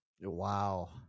Wow